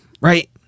right